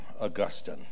Augustine